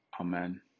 Amen